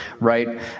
Right